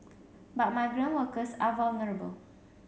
but migrant workers are vulnerable